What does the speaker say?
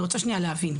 אני רוצה שנייה להבין,